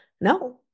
no